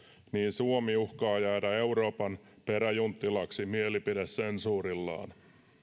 suomi uhkaa jäädä euroopan peräjunttilaksi mielipidesensuurillaan